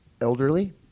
elderly